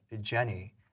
Jenny